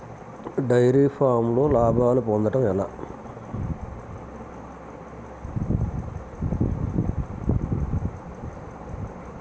Dairy ఫామ్లో లాభాలు పొందడం ఎలా?